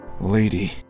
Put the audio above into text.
Lady